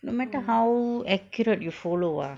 no matter how accurate you follow ah